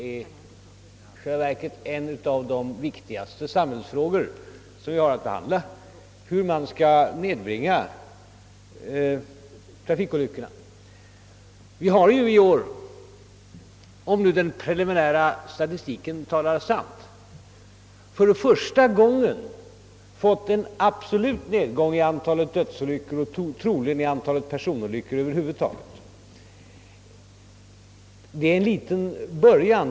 I själva verket är det en av våra viktigaste samhällsfrågor hur vi skall kunna nedbringa antalet trafikolyckor. Om den preliminära statistiken talar sant har vi i år för första gången kunnat notera en absolut nedgång i antalet dödsolyckor och sannolikt även i antalet personolyckor över huvud taget. Det är ju en liten början.